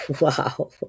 Wow